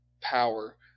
power